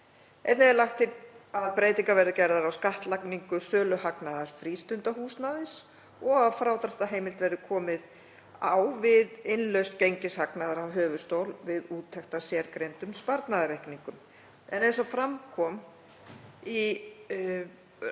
er lagt til að breytingar verði gerðar á skattlagningu söluhagnaðar frístundahúsnæðis og að frádráttarheimild verði komið á við innlausn gengishagnaðar af höfuðstól við úttekt af sérgreindum sparnaðarreikningum.“ — En eins og fram kom í